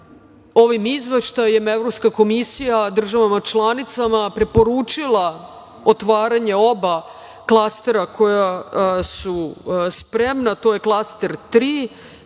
ovim izveštajem Evropska komisija državama članicama preporučila otvaranje oba klastera koja su spremna, to je Klaster 3